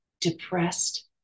depressed